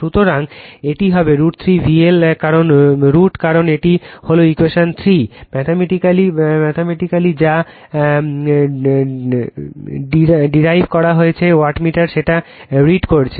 সুতরাং এটি হবে √ 3 VL √ কারণ এটি হল ইকুয়েশন 3 ম্যাথেম্যাটিক্যালি যা ডিরাইভ করা হয়েছে ওয়াটমিটার সেটা রিড করছে